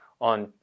on